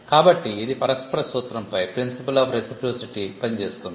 కాబట్టి ఇది పరస్పర సూత్రంపై పనిచేస్తుంది